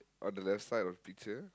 on the left side of picture